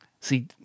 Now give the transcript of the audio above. See